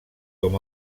com